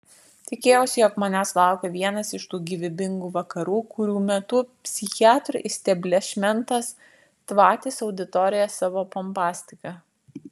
tikėjausi jog manęs laukia vienas iš tų gyvybingų vakarų kurių metu psichiatrų isteblišmentas tvatys auditoriją savo pompastika